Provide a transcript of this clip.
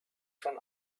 schon